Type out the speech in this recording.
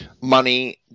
money